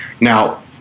Now